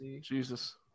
Jesus